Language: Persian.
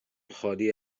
خالی